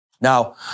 Now